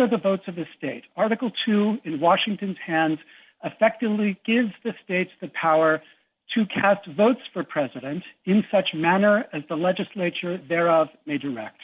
of the votes of the state article two in washington's hands affectively gives the states the power to cast votes for president in such manner as the legislature there of major racked